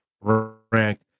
ranked